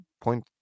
point